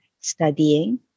studying